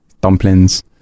dumplings